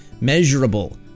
measurable